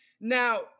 Now